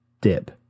dip